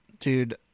Dude